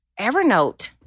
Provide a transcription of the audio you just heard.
Evernote